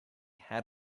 had